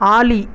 ஆலி